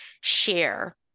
share